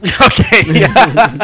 Okay